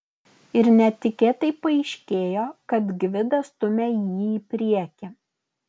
ir netikėtai paaiškėjo kad gvidas stumia jį į priekį